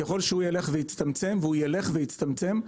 ככל שילך ויצטמצם והוא ילך ויצטמצם,